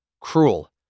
cruel